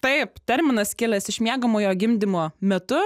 taip terminas kilęs iš miegamojo gimdymo metu